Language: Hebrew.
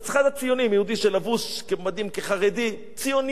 יהודי שלבוש במדים כחרדי, ציוני נלהב.